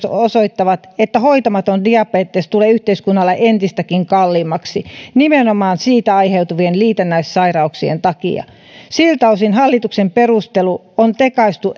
osoittavat että hoitamaton diabetes tulee yhteiskunnalle entistäkin kalliimmaksi nimenomaan siitä aiheutuvien liitännäissairauksien takia siltä osin hallituksen perustelu on tekaistu